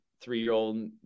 three-year-old